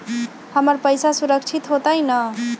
हमर पईसा सुरक्षित होतई न?